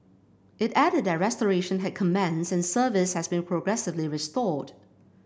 it added that restoration had commenced and service has been progressively restored